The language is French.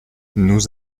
nous